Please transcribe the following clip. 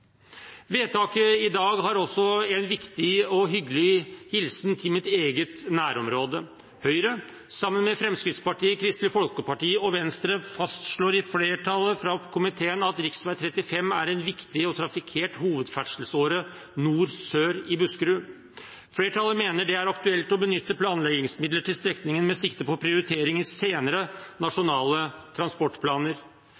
Vedtaket i dag har også en viktig og hyggelig hilsen til mitt eget nærområde. Høyre, sammen med Fremskrittspartiet, Kristelig Folkeparti og Venstre, fastslår i en flertallsmerknad at rv. 35 er en viktig og trafikkert hovedferdselsåre nord–sør i Buskerud. Komiteen mener det er aktuelt å benytte planleggingsmidler til strekningen, med sikte på prioritering i senere